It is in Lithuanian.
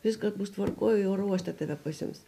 viskas bus tvarkoj oro uoste tave pasiims